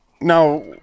now